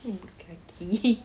urut kaki